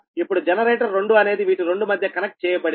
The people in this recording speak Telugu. ఇప్పుడు జనరేటర్ 2 అనేది వీటి రెండు మధ్య కనెక్ట్ చేయబడింది